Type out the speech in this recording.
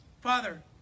Father